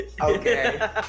Okay